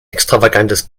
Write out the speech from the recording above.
extravagantes